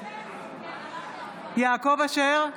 נגד יעקב אשר,